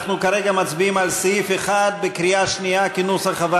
אנחנו מצביעים על הסתייגות לסעיף 1 של הרשימה המשותפת.